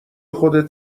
خودت